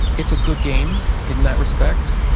it's a good game in that respect.